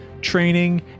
training